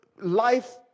life